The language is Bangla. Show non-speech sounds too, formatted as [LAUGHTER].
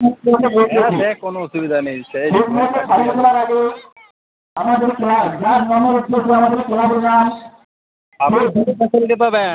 হ্যাঁ সে কোনো অসুবিধা নেই [UNINTELLIGIBLE]